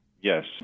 Yes